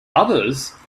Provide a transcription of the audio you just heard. others